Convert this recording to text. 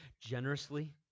generously